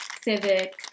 civic